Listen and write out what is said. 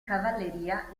cavalleria